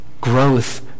Growth